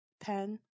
pen